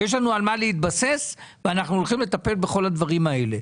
יש לנו על מה להתבסס ואנחנו הולכים לטפל בכל הדברים האלה.